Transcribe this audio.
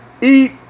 eat